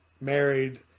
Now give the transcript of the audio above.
married